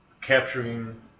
capturing